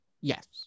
Yes